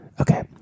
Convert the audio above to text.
Okay